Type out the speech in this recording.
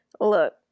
Look